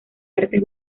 artes